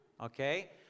okay